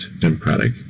democratic